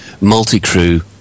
multi-crew